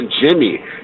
jimmy